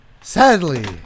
sadly